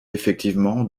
effectivement